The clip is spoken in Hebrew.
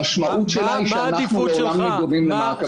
המשמעות שלה היא שאנחנו --- חיים,